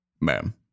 ma'am